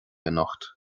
anocht